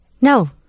No